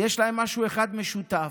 יש להן משהו אחד משותף: